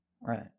Right